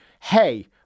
Hey